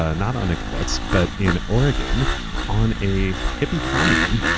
ah not on a kibbutz, but in oregon on a hippie commune.